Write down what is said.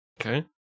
Okay